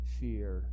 fear